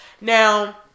Now